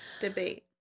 debate